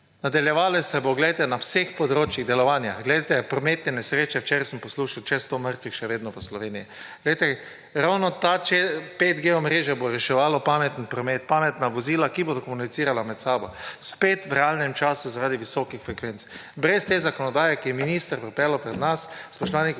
Nadaljevalo se bo na vseh področjih delovanja – prometne nesreče, včeraj sem poslušal, čez 100 mrtvih še vedno v Sloveniji. Ravno to 5G omrežje bo reševalo: pametni promet, pametna vozila, ki bodo komunicirala med sabo – spet v realnem času zaradi visokih frekvenc. Brez te zakonodaje, ki jo je minister pripeljal pred nas, spoštovani